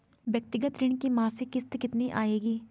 व्यक्तिगत ऋण की मासिक किश्त कितनी आएगी?